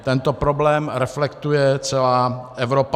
Tento problém reflektuje celá Evropa.